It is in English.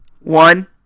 one